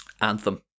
Anthem